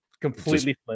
completely